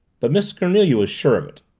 but miss cornelia was sure of it.